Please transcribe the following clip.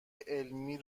علمی